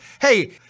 Hey